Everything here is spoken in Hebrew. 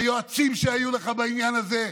והיועצים שהיו לך בעניין הזה,